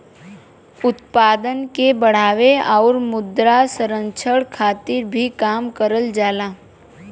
उत्पादन के बढ़ावे आउर मृदा संरक्षण खातिर भी काम करल जाला